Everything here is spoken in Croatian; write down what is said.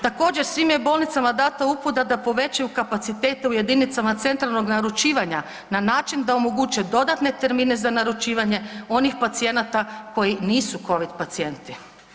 Također svim je bolnicama dana uputa da povećaju kapacitete u jedinicama centralnog naručivanja na način da omoguće dodatne termine za naručivanje onih pacijenata koji nisu COVID pacijenti.